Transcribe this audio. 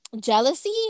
jealousy